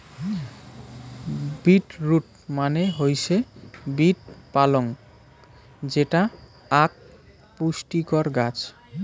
bit root মানে হৈসে beet পালং যেটা আক পুষ্টিকর গছ